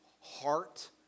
heart